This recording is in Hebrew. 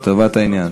לטובת העניין.